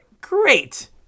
great